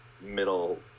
middle